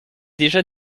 déjà